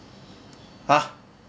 !huh!